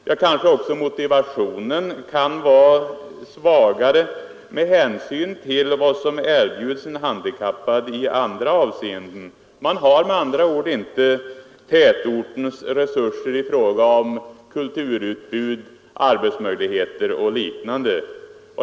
Ja, kanske är också motivationen svagare med hänsyn till vad som erbjuds de handikappade i andra avseenden. Man har med andra ord inte tätortens resurser i fråga om kulturutbud, arbetsmöjligheter och liknande.